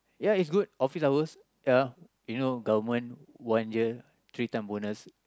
ya it's good office hours ya you know government one year three time bonus